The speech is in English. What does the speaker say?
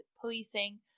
policing